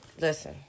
listen